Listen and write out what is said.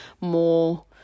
More